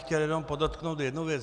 Chtěl bych jenom podotknout jednu věc.